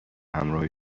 همراه